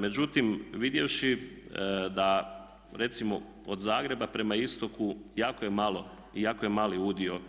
Međutim, vidjevši da recimo od Zagreba prema istoku jako je malo i jako je mali udio